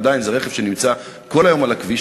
אבל עדיין זה רכב שנמצא כל היום על הכביש,